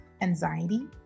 anxiety